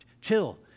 Chill